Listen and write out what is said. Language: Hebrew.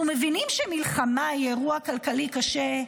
אנחנו מבינים שמלחמה היא אירוע כלכלי קשה,